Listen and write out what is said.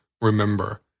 Remember